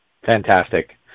Fantastic